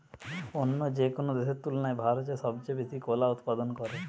অন্য যেকোনো দেশের তুলনায় ভারত সবচেয়ে বেশি কলা উৎপাদন করে